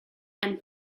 and